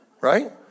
Right